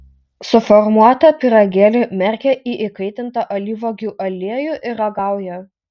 suformuotą pyragėlį merkia į įkaitintą alyvuogių aliejų ir ragauja